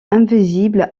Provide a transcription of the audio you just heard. invisible